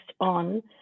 on